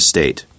State